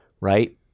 right